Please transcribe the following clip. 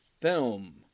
film